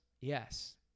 Yes